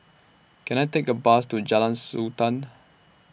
Can I Take A Bus to Jalan Sultan